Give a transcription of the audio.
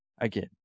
again